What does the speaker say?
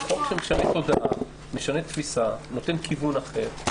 זה חוק שמשנה תפיסה, משנה תודעה, נותן כיוון אחר.